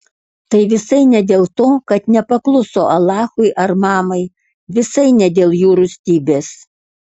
tai visai ne dėl to kad nepakluso alachui ar mamai visai ne dėl jų rūstybės